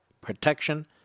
protection